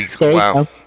Wow